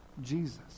Jesus